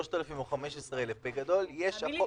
3,000 או 15,000. תאמין לי,